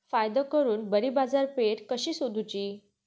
फायदो करून बरी बाजारपेठ कशी सोदुची?